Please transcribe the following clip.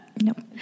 Nope